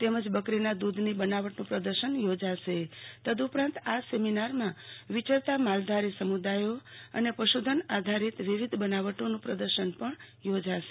તેમજ બકરીના દુધની બનાવટનું પ્રદર્શન યોજાશે તદઉપરાંત આ સેમિનારમાં વિચરતા માલધારી સમુદાયો તેમજ પશુધન આધારીત વિવિધ બનાવટોનું પ્રદર્શન પણ યોજાશે